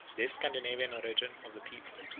this scandinavian origin of the people,